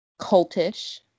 cultish